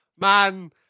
man